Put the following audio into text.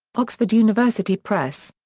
oxford university press.